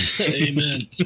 Amen